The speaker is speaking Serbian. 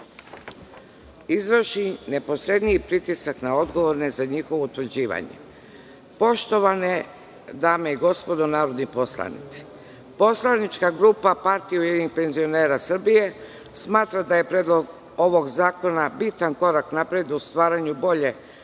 izvrši neposredniji pritisak na odgovorne za njihovo utvrđivanje. Poštovane dame i gospodo narodni poslanici, poslanička grupa PUPS smatra da je predlog ovog zakona bitan korak napred u stvaranju bolje